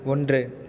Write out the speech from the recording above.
ஒன்று